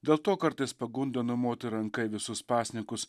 dėl to kartais pagunda numoti ranka į visus pasninkus